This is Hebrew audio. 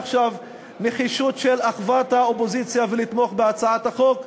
נחישות של אחוות האופוזיציה ולתמוך בהצעת החוק,